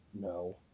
no